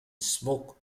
smoke